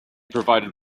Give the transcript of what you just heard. provided